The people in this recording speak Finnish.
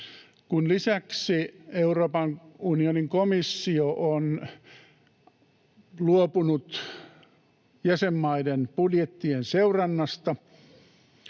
Kun lisäksi Euroopan unionin komissio on luopunut jäsenmaiden budjettien seurannasta,